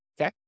Okay